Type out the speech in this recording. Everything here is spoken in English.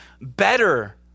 better